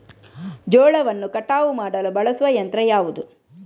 ಜೋಳವನ್ನು ಕಟಾವು ಮಾಡಲು ಬಳಸುವ ಯಂತ್ರ ಯಾವುದು?